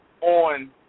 on